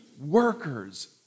workers